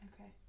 Okay